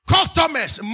Customers